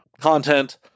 content